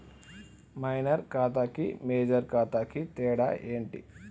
Minor ఖాతా కి major ఖాతా కి తేడా ఏంటి?